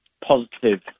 positive